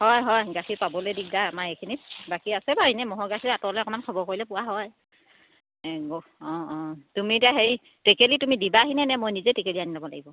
হয় হয় গাখীৰ পাবলৈয়ে দিগদাৰ আমাৰ এইখিনিত বাকী আছে বাৰু এনেই ম'হৰ গাখীৰ আঁতৰলৈ অকণমান খবৰ কৰিলে পোৱা হয় অঁ অঁ তুমি এতিয়া হেৰি টেকেলি তুমি দিবাহিননে নে মই নিজে টেকেলি আনি ল'ব লাগিব